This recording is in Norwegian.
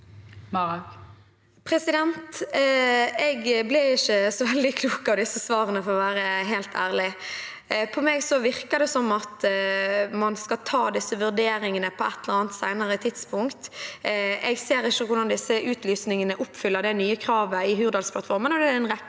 Jeg ble ikke så veldig klok av disse svarene, for å være helt ærlig. På meg virker det som at man skal ta disse vurderingene på et eller annet senere tidspunkt. Jeg ser ikke hvordan disse utlysningene oppfyller det nye kravet i Hurdalsplattformen,